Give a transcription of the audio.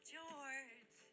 George